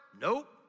Nope